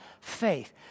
faith